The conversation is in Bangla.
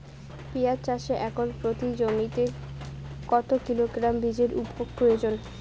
পেঁয়াজ চাষে একর প্রতি জমিতে কত কিলোগ্রাম বীজের প্রয়োজন?